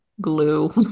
glue